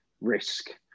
risk